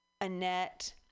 Annette